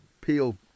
Peel